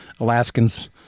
Alaskans